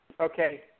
Okay